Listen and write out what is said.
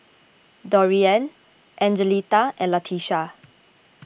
Dorian Angelita and Latisha